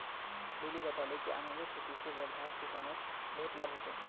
lily बताले कि अनारेर खेती से वर्धार किसानोंक बहुत लाभ हल छे